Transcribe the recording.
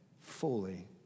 fully